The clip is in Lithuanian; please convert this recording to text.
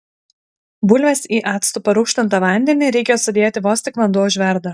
bulves į actu parūgštintą vandenį reikia sudėti vos tik vanduo užverda